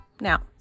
Now